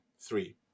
Three